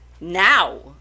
now